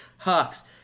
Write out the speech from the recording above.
hux